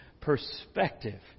Perspective